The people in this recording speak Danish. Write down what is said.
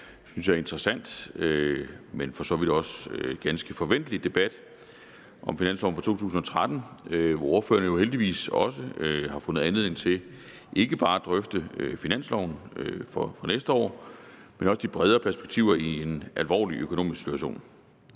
en, synes jeg, interessant, men for så vidt også ganske forventelig debat om finansloven for 2013, hvor ordførerne jo heldigvis også har fundet anledning til ikke bare at drøfte finansloven for næste år, men også de bredere perspektiver i en alvorlig økonomisk situation.